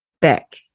back